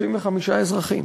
35 אזרחים